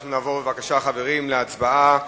בבקשה, חברים, נעבור להצבעה.